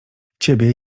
ciebie